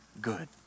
good